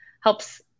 helps